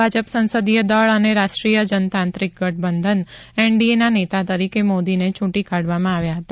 ભાજપ સંસદીય દળ અને રાષ્ટ્રીય જનતાંત્રીક ગઠબંધન એનડીએના નેતા તરીકે મોદીને ચ્રુંટી કાઢવામાં આવ્યા હતા